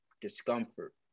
discomfort